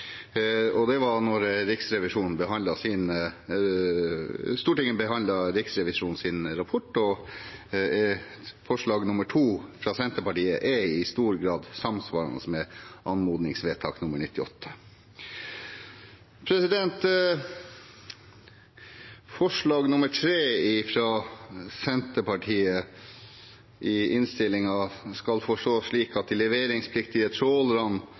det. Det var da Stortinget behandlet Riksrevisjonens rapport, og forslag nr. 2 fra Senterpartiet er i stor grad samsvarende med anmodningsvedtak nr. 98. Forslag nr. 3 i innstillingen, fra Senterpartiet, skal forstås slik at